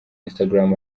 instagram